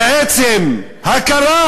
הכרה,